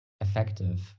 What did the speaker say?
effective